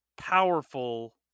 powerful